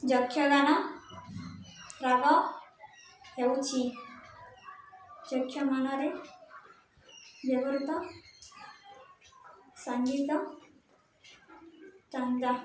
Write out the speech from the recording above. ଯକ୍ଷଗାନ ରାଗ ହେଉଛି ଯକ୍ଷଗାନରେ ବ୍ୟବହୃତ ସାଙ୍ଗୀତିକ ଢାଞ୍ଚା